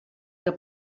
que